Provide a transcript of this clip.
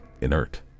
inert